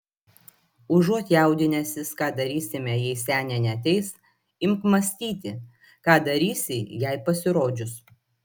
užuot jaudinęsis ką darysime jei senė neateis imk mąstyti ką darysi jai pasirodžius